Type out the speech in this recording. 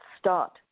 start